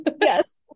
yes